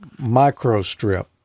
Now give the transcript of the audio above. microstrip